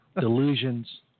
Delusions